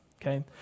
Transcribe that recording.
Okay